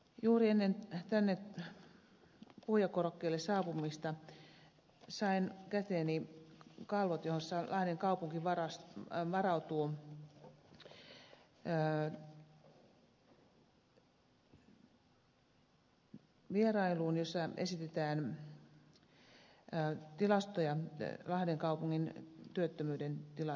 juuri ennen tänne puhujakorokkeelle saapumista sain käteeni kalvot joilla lahden kaupunki varautuu vierailuun jossa esitetään tilastoja lahden kaupungin työttömyyden tilanteesta